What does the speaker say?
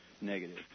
negative